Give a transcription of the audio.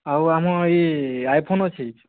ଆଉ ଆମ ଏଇ ଆଇଫୋନ୍ ଅଛି